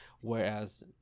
Whereas